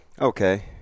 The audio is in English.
Okay